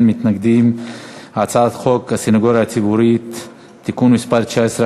חוק הסנגוריה הציבורית (תיקון מס' 19),